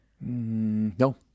No